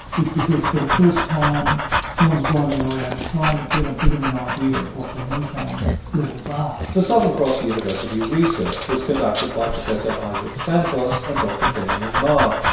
because for the first time someone is driving around trying to get a bit of an idea of what the methane levels are. the southern cross university research was conducted by professor isaac santos and dr damien maher.